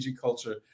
culture